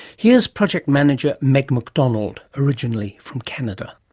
here's project manager meg macdonald, originally from canada.